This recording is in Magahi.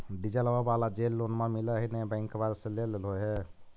डिजलवा वाला जे लोनवा मिल है नै बैंकवा से लेलहो हे?